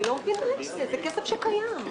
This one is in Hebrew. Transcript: אני לא מבינה, זה כסף שקיים.